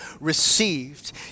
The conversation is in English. received